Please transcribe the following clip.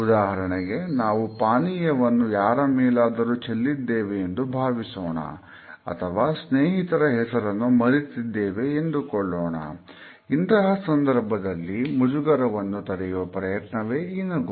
ಉದಾಹರಣೆಗೆ ನಾವು ಪಾನೀಯವನ್ನು ಯಾರ ಮೇಲಾದರೂ ಚೆಲ್ಲಿದ್ದೇವೆ ಎಂದು ಭಾವಿಸೋಣ ಅಥವಾ ಸ್ನೇಹಿತರ ಹೆಸರನ್ನು ಮರೆತಿದ್ದೇವೆ ಎಂದುಕೊಳ್ಳೋಣ ಇಂತಹ ಸಂದರ್ಭದಲ್ಲಿನ ಮುಜುಗರವನ್ನು ತಡೆಯುವ ಪ್ರಯತ್ನವೇ ಈ ನಗು